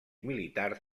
militars